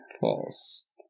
False